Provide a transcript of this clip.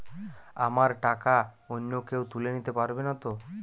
আমার টাকা অন্য কেউ তুলে নিতে পারবে নাতো?